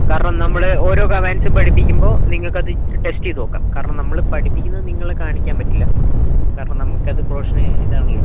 കാരണം നമ്മൾ ഓരോ കമാൻഡ്സും പഠിപ്പിക്കുമ്പം നിങ്ങൾക്ക് അത് ടെസ്റ്റ് ചെയ്ത് നോക്കാം കാരണം നമ്മൾ പഠിപ്പിക്കുന്നത് നിങ്ങളെ കാണിക്കാൻ പറ്റില്ല കാരണം നമുക്ക് അത് പ്രൊഫഷന് ഇതാണല്ലോ